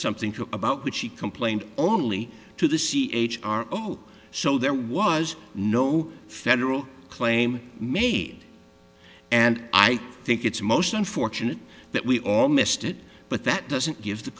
something about which she complained only to the c h r o so there was no federal claim made and i think it's most unfortunate that we all missed it but that doesn't give the